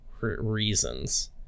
reasons